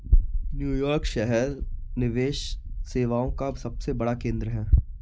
New York शहर निवेश सेवाओं का सबसे बड़ा केंद्र है